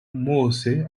mose